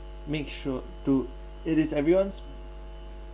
make sure to it is everyone's